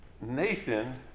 Nathan